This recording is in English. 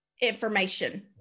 information